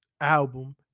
Album